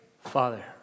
Father